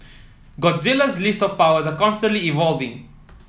Godzilla's list of power are constantly evolving